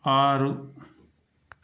ఆరు